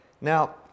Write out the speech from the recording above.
Now